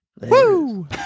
Woo